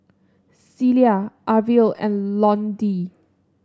Celia Arvil and Londyn